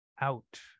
out